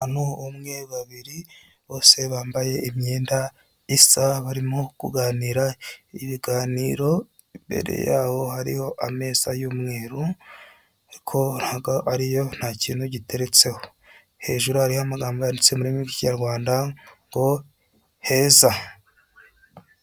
Abantu umwe babiri bose bambaye imyenda isa barimo kuganira ibiganiro ,imbere yaho hariho ameza y'umweru ariko nta kintu giteretseho, hejuru hariho amagambo yanditse muririmi rw'ikinyarwanda ngo heza.